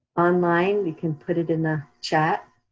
online, you can put it in the chat.